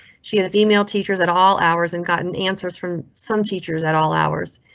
she his email teachers at all hours and gotten answers from some teachers at all hours.